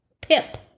Pip